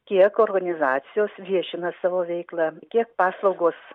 kiek organizacijos viešina savo veiklą kiek paslaugos